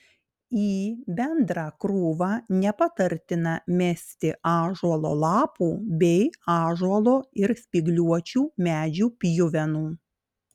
į bendrą krūvą nepatartina mesti ąžuolo lapų bei ąžuolo ir spygliuočių medžių pjuvenų